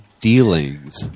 dealings